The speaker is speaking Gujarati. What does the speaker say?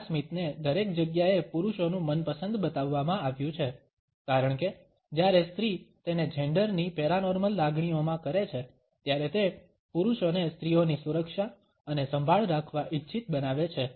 આ સ્મિતને દરેક જગ્યાએ પુરુષોનું મનપસંદ બતાવવામાં આવ્યું છે કારણ કે જ્યારે સ્ત્રી તેને જેંડર ની પેરાનોર્મલ લાગણીઓમાં કરે છે ત્યારે તે પુરુષોને સ્ત્રીઓની સુરક્ષા અને સંભાળ રાખવા ઇચ્છિત બનાવે છે